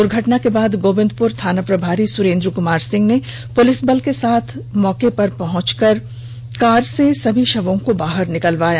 दूर्घटना के बाद गोविंदपुर थाना प्रभारी सुरेंद्र कुमार सिंह पुलिस बल के साथ मौके पर पहुंचे और कार से सभी शवों को बाहर निकाला गया